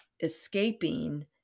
escaping